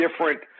different